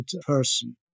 person